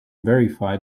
verify